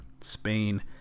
Spain